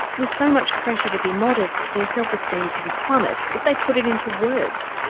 with so much pressure to be modest, their self-esteem can plummet if they put it into words.